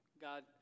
God